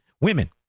women